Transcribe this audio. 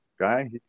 guy